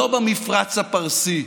לא במפרץ הפרסי.